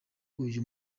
uyu